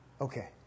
Okay